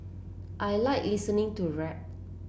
I like listening to rap